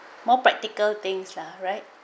more practical things lah right